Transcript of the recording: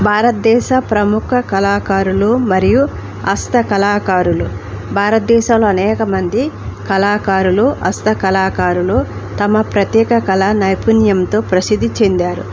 భారతదేశ ప్రముఖ కళాకారులు మరియు హస్త కళాకారులు భారతదేశంలో అనేకమంది కళాకారులు హస్త కళాకారులు తమ ప్రత్యేక కళా నైపుణ్యంతో ప్రసిద్ధి చెందారు